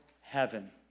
heaven